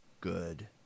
Good